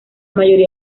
mayoría